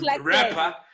rapper